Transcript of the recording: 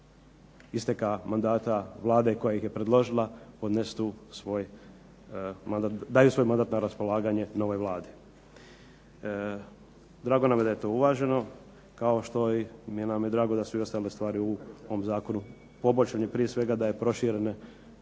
isteka mandata Vlade koja ih je predložila daju svoj mandat na raspolaganje novoj Vladi. Drago nam je da je to uvaženo, kao što nam je drago da su ostale stvari u ovom Zakonu poboljšane tj., da je primopredaja